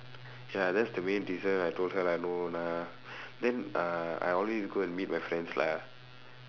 ya that's the main reason I told her lah no lah then uh I always go and meet with my friends lah